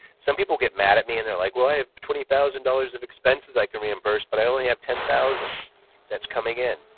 some people get mad at me and they're like, well i have twenty thousand dollars of expenses i can reimburse but i only have ten thousand that's coming in,